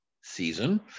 season